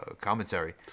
commentary